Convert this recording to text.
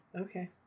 Okay